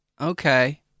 okay